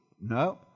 No